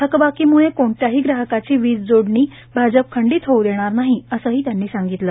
थकबाकीम्ळे कोणत्याही ग्राहकाची वीज जोडणी खंडीत भाजप खंडीत होवू देणार नाही असेही त्यांनी सांगितले